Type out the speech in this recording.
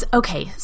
okay